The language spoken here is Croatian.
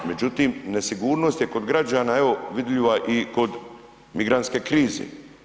Međutim, nesigurnost je kod građana, evo vidljiva i kod migrantske krize.